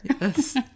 Yes